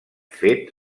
fet